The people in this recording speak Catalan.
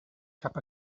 cap